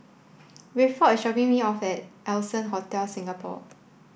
Rayford is dropping me off at Allson Hotel Singapore